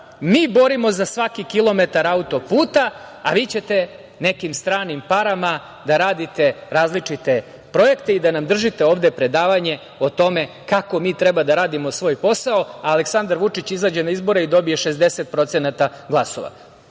Mi borimo za svaki kilometar auto-puta, a vi ćete nekim stranim parama da radite različite projekte i da nam držite ovde predavanje o tome kako mi treba da radimo svoj posao a Aleksandra Vučić izađe na izbore i dobije 60% glasova. Gospodo